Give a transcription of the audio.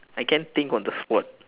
I can't think on the spot